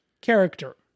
character